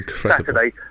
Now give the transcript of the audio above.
Saturday